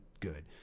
good